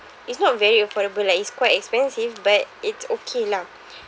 it's not very affordable lah it's quite expensive but it's okay lah